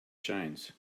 shines